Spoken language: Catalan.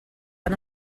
han